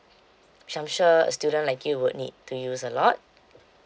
so I'm sure a student like you would need to use a lot